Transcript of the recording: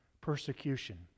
persecution